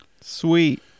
Sweet